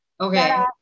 Okay